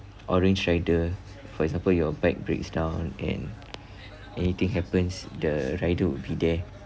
orange rider for example your bike breaks down and anything happens the rider will be there